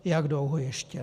Jak dlouho ještě?